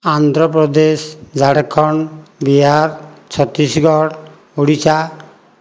Andhra Pradesh Jharkhand Bihar Chhattisgarh Odisha